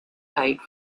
kite